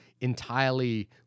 entirely